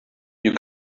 you